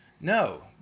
No